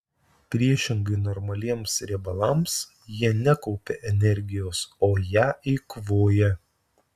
priešingai normaliems riebalams jie nekaupia energijos o ją eikvoja